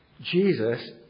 Jesus